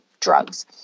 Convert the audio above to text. drugs